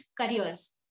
careers